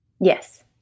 Yes